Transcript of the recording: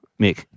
Mick